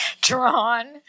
drawn